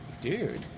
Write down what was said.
Dude